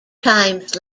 times